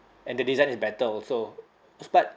and the design is better also but